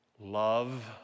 love